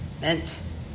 meant